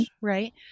right